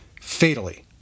Fatally